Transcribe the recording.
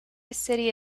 city